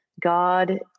God